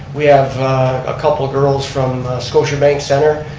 we have a couple girls from scotiabank centre,